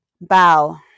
Bow